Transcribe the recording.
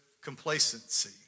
complacency